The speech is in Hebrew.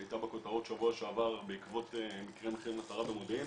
הייתה בכותרות בשבוע שעבר בעקבות מקרים אחרים במודיעין,